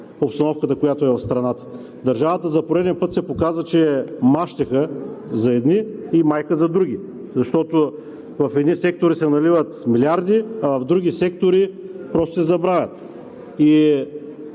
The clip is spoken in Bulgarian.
обстановката, която е в страната. Държавата за пореден път се показа, че е мащеха за едни и майка за други, защото в едни сектори се наливат милиарди, а други сектори просто се забравят,